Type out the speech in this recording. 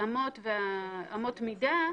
ההתאמות ואמות המידה,